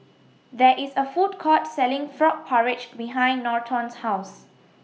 There IS A Food Court Selling Frog Porridge behind Norton's House